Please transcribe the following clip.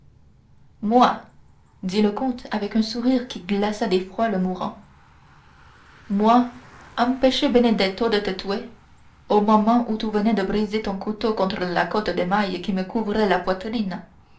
moi dit le comte avec un sourire qui glaça d'effroi le mourant moi empêcher benedetto de te tuer au moment où tu venais de briser ton couteau contre la cotte de mailles qui me couvrait la poitrine